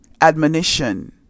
admonition